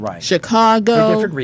Chicago